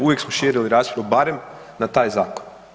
Uvijek smo širili raspravu barem na taj Zakon.